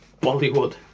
Bollywood